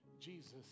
Jesus